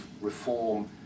reform